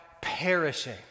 perishing